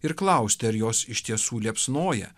ir klausti ar jos iš tiesų liepsnoja